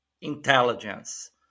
intelligence